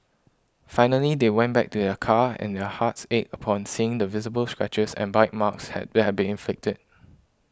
finally they went back to their car and their hearts ached upon seeing the visible scratches and bite marks had that had been inflicted